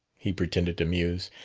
he pretended to muse.